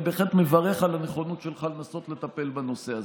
אני בהחלט מברך על הנכונות שלך לנסות לטפל בנושא הזה,